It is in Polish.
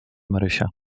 marysia